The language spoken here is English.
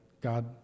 God